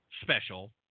special